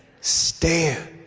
Stand